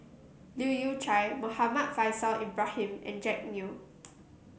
Leu Yew Chye Muhammad Faishal Ibrahim and Jack Neo